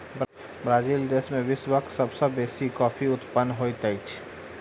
Brazil देश में विश्वक सब सॅ बेसी कॉफ़ीक उत्पादन होइत अछि